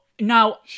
Now